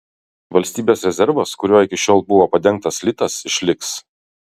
valstybės rezervas kuriuo iki šiol buvo padengtas litas išliks